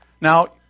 Now